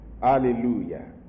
Hallelujah